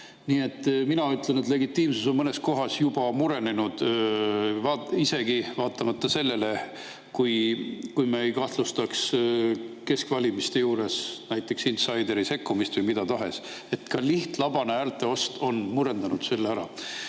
Nii et mina ütlen, et legitiimsus on mõnes kohas juba murenenud, isegi kui me ei kahtlustaks keskvalimiste puhul näiteks insaideri sekkumist või mida tahes. Ka lihtlabane häälteost on murendanud selle ära.